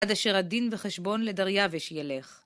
עד אשר הדין וחשבון לדריווש ילך.